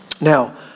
Now